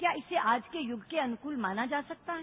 क्या इसे आज के युग के अनुकूल माना जा सकता है